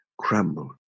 crumbled